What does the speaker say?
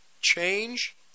change